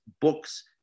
books